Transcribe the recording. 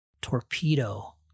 Torpedo